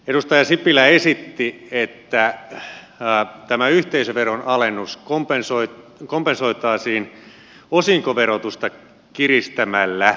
edustaja sipilä esitti että tämä yhteisöveron alennus kompensoitaisiin osinkoverotusta kiristämällä